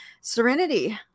Serenity